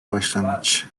başlangıç